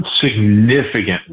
significantly